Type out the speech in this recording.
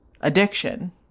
addiction